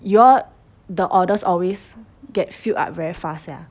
you all the orders always get filled up very fast ya